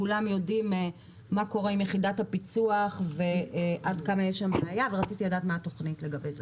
כולם יודעים מה קורה עם יחידת הפיצוח ורציתי לדעת מה קורה לגבי זה.